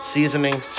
Seasoning